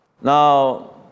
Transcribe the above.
Now